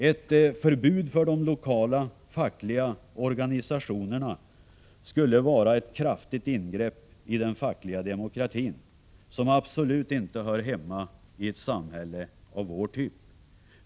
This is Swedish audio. Ett förbud för de lokala fackliga organisationerna skulle vara ett kraftigt ingrepp i den fackliga demokratin, och det hör absolut inte hemma i ett samhälle av vår typ.